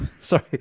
Sorry